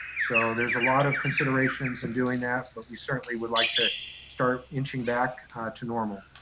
so there's a lot of considerations in doing that, but we certainly would like to start inching back to normal.